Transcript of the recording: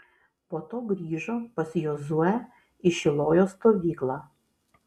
po to grįžo pas jozuę į šilojo stovyklą